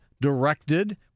directed